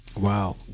Wow